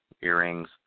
earrings